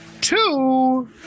two